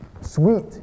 Sweet